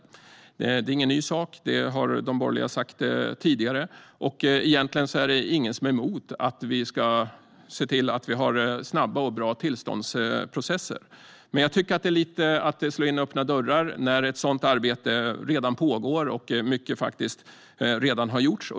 Det är ingen ny sak. Det har de borgerliga sagt tidigare. Egentligen är det ingen som är emot att vi ska ha snabba och bra tillståndsprocesser. Jag tycker dock att det är lite att slå in öppna dörrar när ett sådant arbete redan pågår och mycket redan har gjorts.